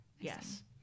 Yes